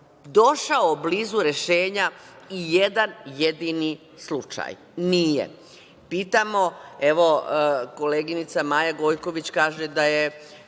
došao blizu rešenja i jedan jedini slučaj? Nije. Pitamo, evo koleginica Maja Gojković kaže da je